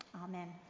Amen